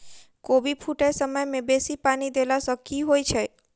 कोबी फूटै समय मे बेसी पानि देला सऽ की होइ छै?